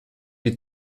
die